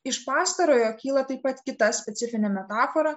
iš pastarojo kyla taip pat kita specifinė metafora